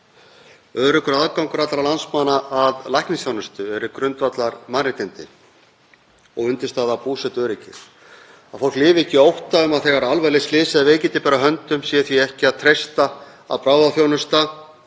Öruggur aðgangur allra landsmanna að læknisþjónustu eru grundvallarmannréttindi og undirstaða búsetuöryggis, að fólk lifi ekki í ótta um að þegar alvarleg slys eða veikindi ber að höndum sé því ekki að treysta að bráðaþjónusta